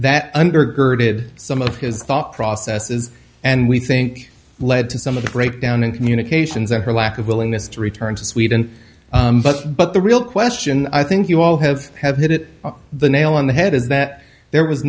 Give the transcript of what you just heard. that undergirded some of his thought processes and we think led to some of the breakdown in communications at her lack of willingness to return to sweden but the real question i think you all have have hit the nail on the head is that there was